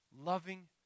loving